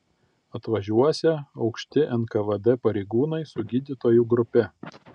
atvažiuosią aukšti nkvd pareigūnai su gydytojų grupe